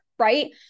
right